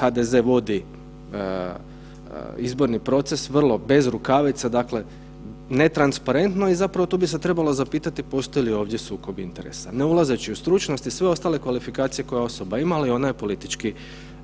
HDZ vodi izborni proces bez rukavica, dakle ne transparentno i tu bi se trebalo zapitati postoji li ovdje sukob interesa, ne ulazeći u stručnosti, sve ostale kvalifikacije koja osoba ima, ali ona je politički